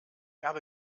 habe